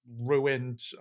ruined